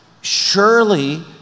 Surely